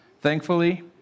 Thankfully